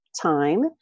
time